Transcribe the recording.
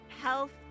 health